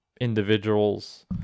individuals